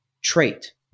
trait